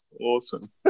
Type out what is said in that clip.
awesome